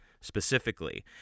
specifically